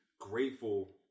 grateful